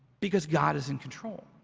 because god is in control.